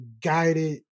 guided